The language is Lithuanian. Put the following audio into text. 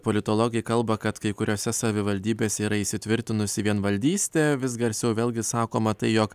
politologai kalba kad kai kuriose savivaldybėse yra įsitvirtinusi vienvaldystė vis garsiau vėlgi sakoma tai jog